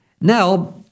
Now